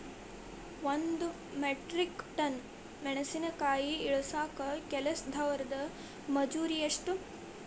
ಒಂದ್ metric ton ಮೆಣಸಿನಕಾಯಿ ಇಳಸಾಕ್ ಕೆಲಸ್ದವರ ಮಜೂರಿ ಎಷ್ಟ?